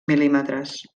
mil·límetres